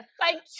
thank